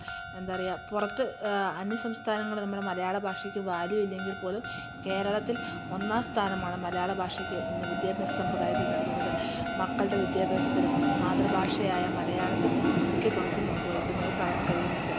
എന്താ പറയുക പുറത്ത് അന്യസംസ്ഥാനങ്ങൾ നമ്മളെ മലയാള ഭാഷയ്ക്ക് വാല്യു ഇല്ലെങ്കിൽ പോലും കേരളത്തിൽ ഒന്നാം സ്ഥാനമാണ് മലയാള ഭാഷയ്ക്ക് ഇന്ന് വിദ്യാഭ്യാസ സമ്പ്രദായത്തിൽ നൽകുന്നത് മക്കളുടെ വിദ്യാഭ്യാസത്തിനും മാതൃഭാഷയായ മലയാളത്തിൽ മുഖ്യ പങ്ക് നമുക്ക് വഹിക്കുന്നതായി കാണാൻ കഴിയുന്നുണ്ട്